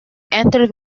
entered